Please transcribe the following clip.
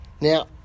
now